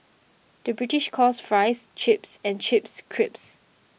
the British calls Fries Chips and Chips Crisps